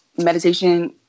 meditation